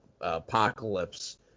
apocalypse